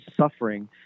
suffering